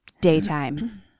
Daytime